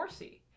Morsi